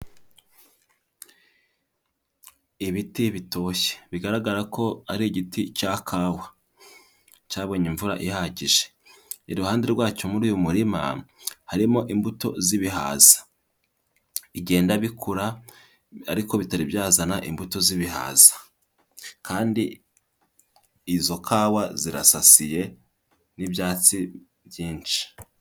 Ibiti bitoshye bigaragara ko ari igiti cya kawa, cyabonye imvura ihagije, iruhande rwacyo muri uyu murima harimo imbuto z'ibihaza, bigenda bikura ariko bitari byazana imbuto z'ibihaza kandi izo kawa zirasasiye n'ibyatsi byinshi.